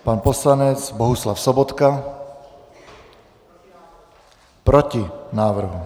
Pan poslanec Bohuslav Sobotka: Proti návrhu.